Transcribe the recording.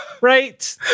Right